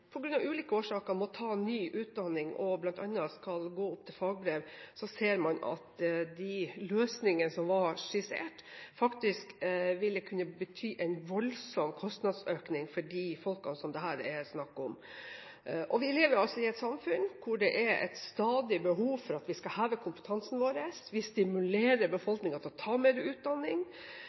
skal gå opp til fagbrev, og så ser man at de løsningene som var skissert, ville kunne bety en voldsom kostnadsøkning for dem det her er snakk om. Vi lever i et samfunn hvor det stadig er et behov for å heve kompetansen vår, vi stimulerer befolkningen til å ta mer utdanning,